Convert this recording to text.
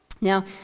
Now